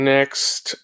Next